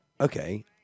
okay